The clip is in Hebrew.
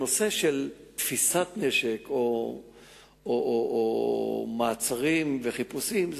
נושא של תפיסת נשק או מעצרים וחיפושים,